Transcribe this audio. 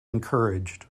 encouraged